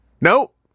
Nope